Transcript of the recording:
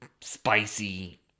spicy